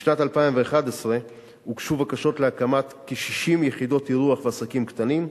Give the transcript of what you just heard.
בשנת 2011 הוגשו בקשות להקמת כ-60 יחידות אירוח ועסקים קטנים.